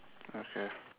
okay